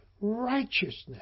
righteousness